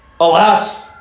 Alas